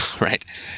right